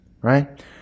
right